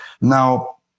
Now